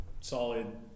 solid